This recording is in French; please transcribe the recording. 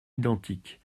identiques